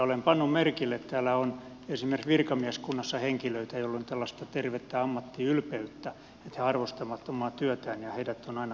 olen pannut merkille että täällä on esimerkiksi virkamieskunnassa henkilöitä joilla on tällaista tervettä ammattiylpeyttä että he arvostavat omaa työtään ja heidät on aina kiva kohdata